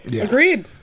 Agreed